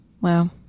wow